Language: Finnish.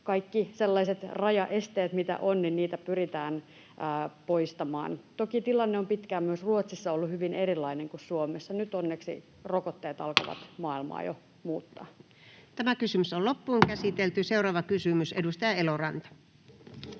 Kaikkia sellaisia rajaesteitä, mitä on, pyritään poistamaan. Toki tilanne on pitkään myös Ruotsissa ollut hyvin erilainen kuin Suomessa. Nyt onneksi rokotteet alkavat maailmaa jo muuttaa. Seuraava kysymys, edustaja Eloranta.